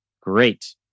Great